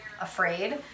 afraid